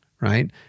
right